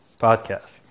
podcast